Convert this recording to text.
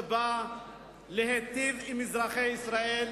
באה להיטיב עם אזרחי ישראל,